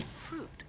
Fruit